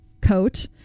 coat